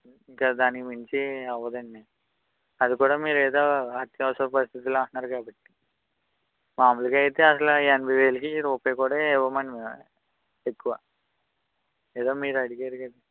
ఇంక దానికి మించి అవ్వదండి అది కూడా మీరు ఏదో అత్యవసరపరిస్థితిలో అంటున్నారు కాబట్టి మాములుగా అయితే అసలు ఆ ఎనభై వేలుకి రూపాయి కూడా ఇవ్వం అండి మేము ఎక్కువ ఏదో మీరు అడిగారు కదా